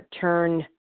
turn